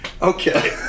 Okay